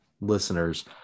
listeners